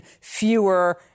fewer